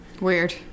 Weird